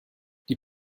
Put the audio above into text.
die